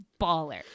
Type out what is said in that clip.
baller